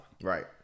right